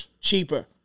Cheaper